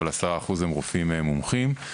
אבל 10% הם רופאים מומחים.